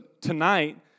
tonight